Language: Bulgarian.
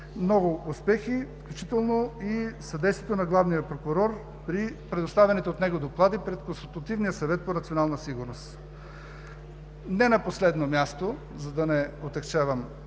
много успехи, включително и съдействието на Главния прокурор при предоставените от него доклади пред Консултативния съвет по национална сигурност. Не на последно място, за да не отегчавам